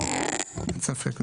אין ספק.